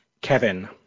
Kevin